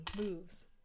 moves